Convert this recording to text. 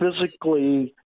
physically